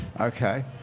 Okay